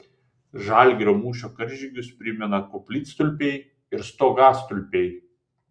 žalgirio mūšio karžygius primena koplytstulpiai ir stogastulpiai